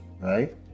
right